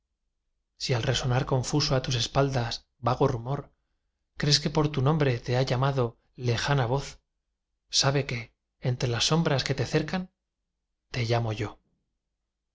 si al resonar confuso á tus espaldas vago rumor crees que por tu nombre te ha llamado lejana voz sabe que entre las sombras que te cercan te llamo yo